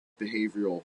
behavioral